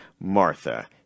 Martha